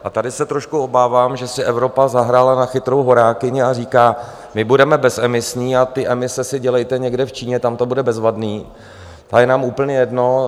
A tady se trošku obávám, že si Evropa zahrála na chytrou horákyni a říká: My budeme bezemisní a ty emise si dělejte někde v Číně, tam to bude bezvadné a je nám úplně jedno.